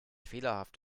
fehlerhaft